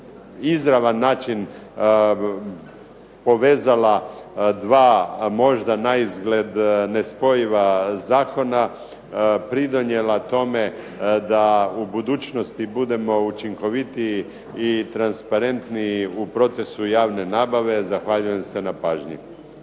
izravan način povezala dva možda naizgled nespojiva Zakona, pridonijela tome da u budućnosti budemo učinkovitiji i transparentniji u procesu javne nabave. Zahvaljujem se na pažnji.